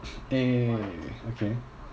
eh